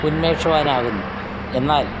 ഉന്മേഷവാനാകുന്നു എന്നാൽ